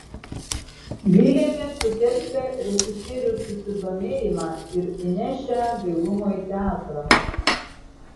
vylėmės sukelsią režisierių susidomėjimą ir įnešią gaivumo į teatrą